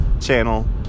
channel